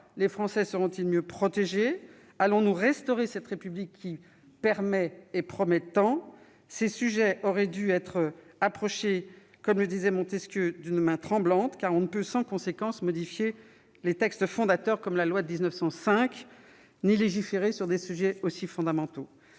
Les Français seront-ils mieux protégés ? Allons-nous restaurer cette République, qui permet et promet tant ? Ces sujets auraient dû être abordés d'une main tremblante, comme le disait Montesquieu, car on ne peut sans conséquence modifier des textes fondateurs comme la loi de 1905 ni légiférer sur des questions aussi fondamentales.